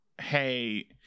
hey